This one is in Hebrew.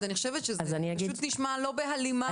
זה פשוט נשמע לא בהלימה.